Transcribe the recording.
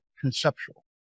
conceptual